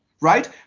Right